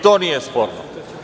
To nije sporno.